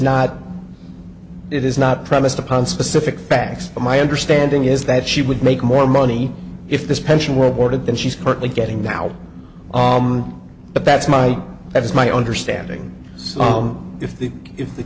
not it is not premised upon specific facts but my understanding is that she would make more money if this pension were boarded than she's currently getting now but that's my that's my understanding so if the if the